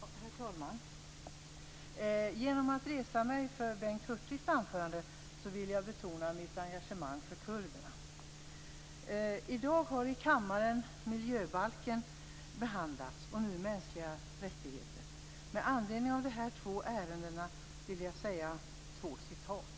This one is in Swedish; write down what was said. Herr talman! Genom att resa mig för Bengt Hurtigs anförande ville jag betona mitt engagemang för kurderna. I dag har miljöbalken behandlats i kammaren, och nu behandlas frågan om mänskliga rättigheter. Med anledning av dessa två ärenden vill jag läsa två citat.